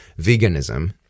veganism